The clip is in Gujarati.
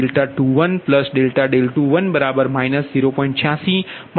008 ની બરાબર છે આ સાથે તમે અપડેટ કરશો